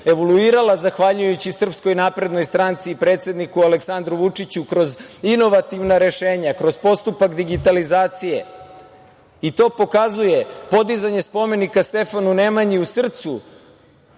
evoluirala zahvaljujući SNS i predsedniku Aleksandru Vučiću kroz inovativna rešenja, kroz postupak digitalizacije. To pokazuje podizanje spomenika Stefanu Nemanji u srcu